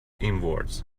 inwards